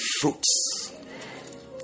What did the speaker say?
fruits